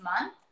month